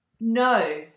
No